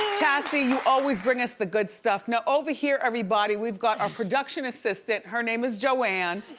chassie you always bring us the good stuff. now over here, everybody, we've got our production assistant. her name is joanne.